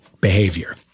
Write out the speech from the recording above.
behavior